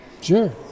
sure